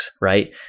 Right